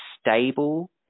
stable